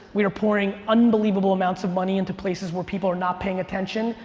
we are pouring unbelievable amounts of money into places where people are not paying attention,